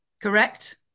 Correct